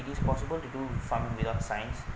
it is possible to do farming without science